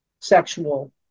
sexual